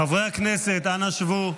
חברי הכנסת, אנא שבו.